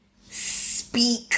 speak